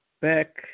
back